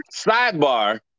Sidebar